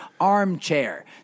ARMCHAIR